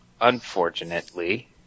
Unfortunately